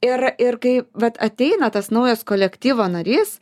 ir ir kai vat ateina tas naujas kolektyvo narys